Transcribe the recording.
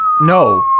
No